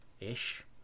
ish